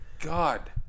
God